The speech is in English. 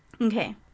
Okay